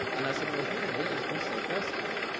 and i said, well, here it is, we say dress code.